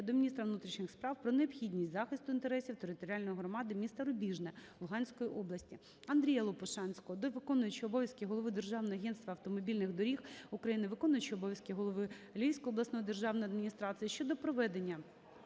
до міністра внутрішніх справ про необхідність захисту інтересів територіальної громади міста Рубіжне Луганської області. Андрія Лопушанського до виконуючого обов'язків голови Державного агентства автомобільних доріг України, виконуючого обов'язки голови Львівської обласної державної адміністрації щодо проведення